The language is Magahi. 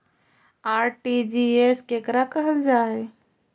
आर.टी.जी.एस केकरा कहल जा है?